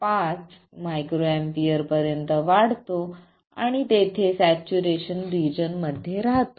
5 µA पर्यंत वाढतो आणि तेथे सॅच्युरेशन रिजन मध्ये राहतो